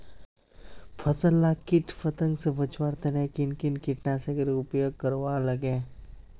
फसल लाक किट पतंग से बचवार तने किन किन कीटनाशकेर उपयोग करवार लगे?